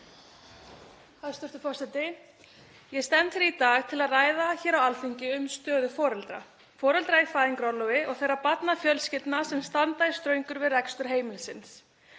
Hæstv. forseti. Ég stend hér í dag til að ræða hér á Alþingi um stöðu foreldra, foreldra í fæðingarorlofi og þeirra barnafjölskyldna sem standa í ströngu við rekstur heimilisins.